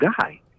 guy